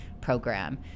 Program